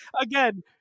Again